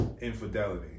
infidelity